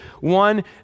one